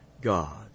God